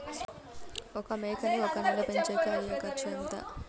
ఒక మేకని ఒక నెల పెంచేకి అయ్యే ఖర్చు ఎంత?